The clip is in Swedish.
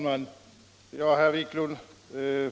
Herr talman!